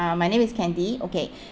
uh my name is candy okay